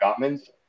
Gottman's